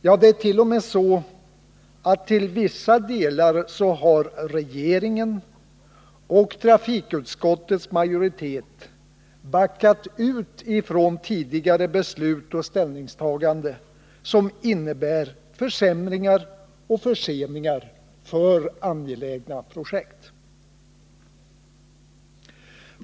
Ja, det är t.o.m. så att regeringen och trafikutskottets majoritet till vissa delar har backat ut från tidigare beslut och ställningstaganden, något som innebär försämringar och förseningar för angelägna projekt.